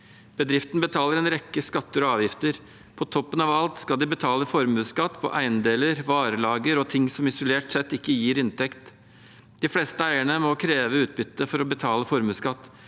Bedriften betaler en rekke skatter og avgifter. På toppen av alt skal de betale formuesskatt på eiendeler, varelager og ting som isolert sett ikke gir inntekt. De fleste eierne må kreve utbytte for å betale formuesskatt.